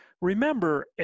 remember